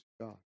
God